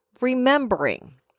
remembering